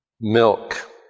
milk